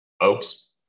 oaks